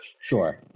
Sure